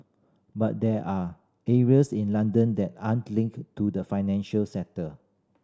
but there are areas in London that aren't linked to the financial sector